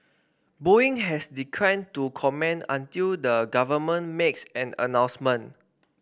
Boeing has declined to comment until the government makes an announcement